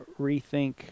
rethink